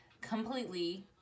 completely